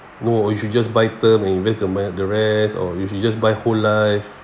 no you should just buy term and invest the me~ the rest or you should just buy whole life